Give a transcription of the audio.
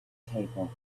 table